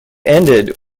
ended